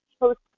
Post